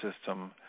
system